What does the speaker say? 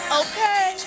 okay